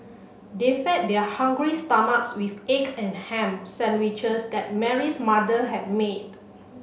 they fed their hungry stomachs with egg and ham sandwiches that Mary's mother had made